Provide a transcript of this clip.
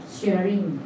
sharing